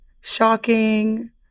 shocking